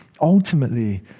ultimately